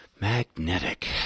magnetic